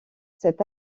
cet